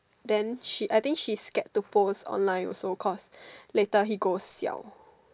then she I think she scared to post online also cause later he go siao